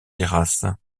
terrasses